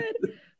good